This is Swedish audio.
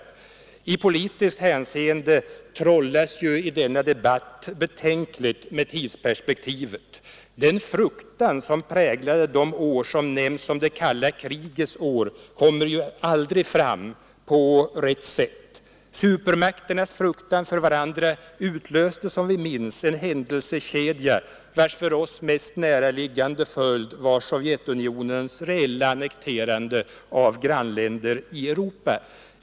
I politiskt hänseende trollas i denna debatt betänkligt med tidsperspektivet. Den fruktan som präglade de år som har nämnts som det kalla krigets kommer aldrig fram på rätt sätt. Supermakternas fruktan för varandra utlöste som vi minns en händelsekedja, vars för oss mest näraliggande följd var Sovjetunionens reella annekterande av grannländer i Europa.